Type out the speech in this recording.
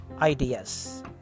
ideas